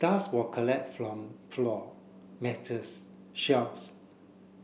dust were collect from floor matters shelves